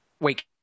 Wait